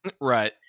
Right